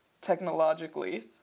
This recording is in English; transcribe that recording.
technologically